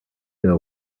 know